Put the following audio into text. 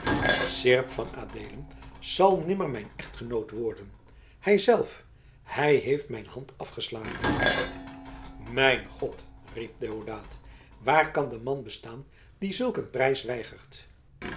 seerp van adeelen zal nimmer mijn echtgenoot worden hij zelf hij heeft mijn hand afgeslagen mijn god riep deodaat waar kan de man bestaan die zulk een prijs weigert